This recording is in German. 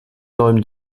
neuen